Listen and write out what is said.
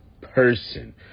person